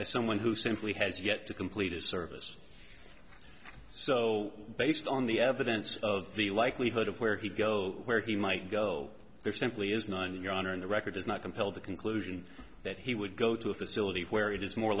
as someone who simply has yet to complete his service so based on the evidence of the likelihood of where he go where he might go there simply is none your honor on the record does not compel the conclusion that he would go to a facility where it is more